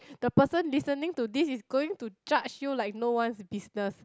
the person listening to this is going to judge you like no one's business